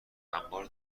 انبار